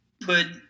put